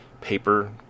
paper